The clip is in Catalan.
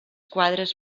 quadres